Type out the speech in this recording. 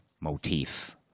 motif